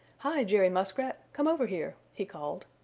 hi, jerry muskrat! come over here! he called.